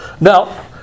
Now